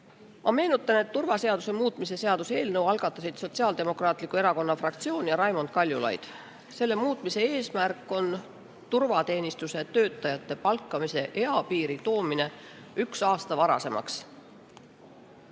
Ma meenutan, et turvaseaduse muutmise seaduse eelnõu algatasid Sotsiaaldemokraatliku Erakonna fraktsioon ja Raimond Kaljulaid. Selle muutmise eesmärk on turvateenistuse töötajate palkamise eapiiri toomine üks aasta varasemaks.